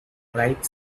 bright